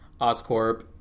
Oscorp